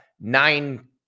nine